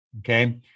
okay